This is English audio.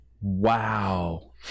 Wow